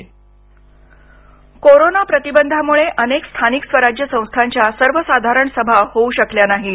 बैठक कोरोना प्रतिबंधामुळे अनेक स्थानिक स्वराज्य संस्थांच्या सर्वसाधारण सभाच होऊ शकल्या नाहीत